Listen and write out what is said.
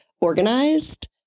organized